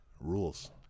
rules